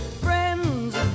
Friends